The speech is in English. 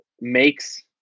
makes